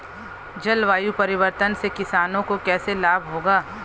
जलवायु परिवर्तन से किसानों को कैसे लाभ होगा?